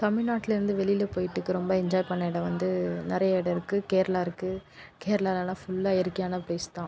தமிழ்நாட்லேருந்து வெளியில் போயிட்டுக்கு ரொம்ப என்ஜாய் பண்ண இடம் வந்து நிறைய இடோம் இருக்குது கேரளா இருக்குது கேரளாலா ஃபுல்லா இயற்கையான ப்லேஸ் தான்